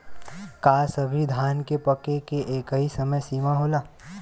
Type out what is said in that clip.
का सभी धान के पके के एकही समय सीमा होला?